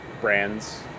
brands